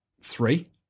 three